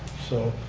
so,